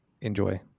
enjoy